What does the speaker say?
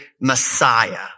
Messiah